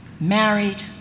Married